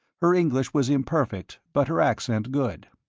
her english was imperfect, but her accent good.